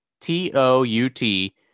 T-O-U-T